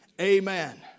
Amen